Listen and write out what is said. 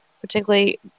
particularly